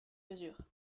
mesure